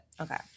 okay